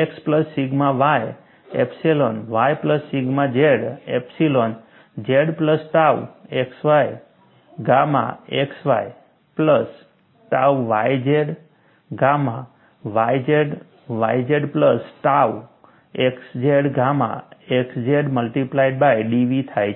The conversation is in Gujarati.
x plus sigma y epsilon y plus sigma z epsilon z plus tau xy gamma xy plus tau yz gamma yz yz plus tau xz gamma xz multiplied by dV થાય છે